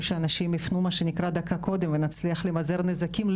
שאנשים יפנו מה שנקרא דקה קודם ונצליח למזער נזקים.